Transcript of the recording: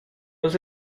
los